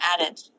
added